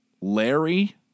Larry